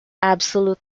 absolute